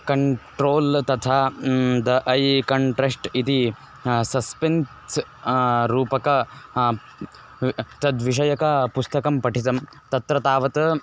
control तथा the ऐ contrast इति सस्पेन्स् रूपकं हा तद्विषयकं पुस्तकं पठितं तत्र तावत्